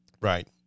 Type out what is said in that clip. Right